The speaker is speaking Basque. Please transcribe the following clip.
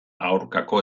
aurkako